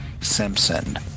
Simpson